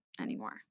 anymore